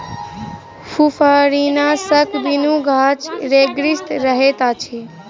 फुफरीनाशकक बिनु गाछ रोगग्रसित रहैत अछि